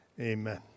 Amen